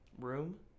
room